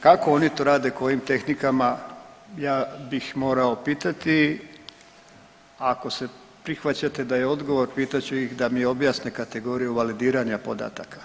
Kako oni to rade, kojim tehnikama, ja bih morao pitati, ako se prihvaćate da je odgovor, pitat ću ih da mi objasne kategoriju validiranja podataka.